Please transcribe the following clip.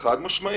חד-משמעית.